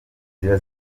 ziba